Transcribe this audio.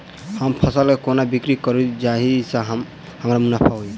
हम फसल केँ कोना बिक्री करू जाहि सँ हमरा मुनाफा होइ?